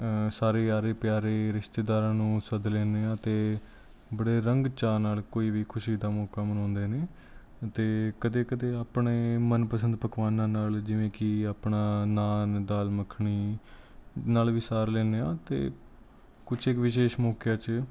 ਸਾਰੇ ਆਰੇ ਪਿਆਰੇ ਰਿਸ਼ਤੇਦਾਰਾਂ ਨੂੰ ਸੱਦ ਲੈਂਦੇ ਹਾਂ ਅਤੇ ਬੜੇ ਰੰਗ ਚਾਅ ਨਾਲ ਕੋਈ ਵੀ ਖੁਸ਼ੀ ਦਾ ਮੌਕਾ ਮਨਾਉਂਦੇ ਨੇ ਅਤੇ ਕਦੇ ਕਦੇ ਆਪਣੇ ਮਨਪਸੰਦ ਪਕਵਾਨਾਂ ਨਾਲ ਜਿਵੇਂ ਕਿ ਆਪਣਾ ਨਾਨ ਦਾਲ ਮੱਖਣੀ ਨਾਲ ਵੀ ਸਾਰ ਲੈਂਦੇ ਹਾਂ ਅਤੇ ਕੁਛ ਕੁ ਵਿਸ਼ੇਸ਼ ਮੌਕਿਆਂ 'ਚ